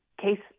case